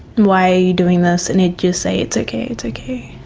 why are you doing this? and he just say, it's okay, it's okay.